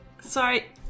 Sorry